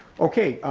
okay,